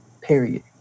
period